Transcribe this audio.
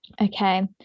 Okay